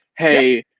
hey,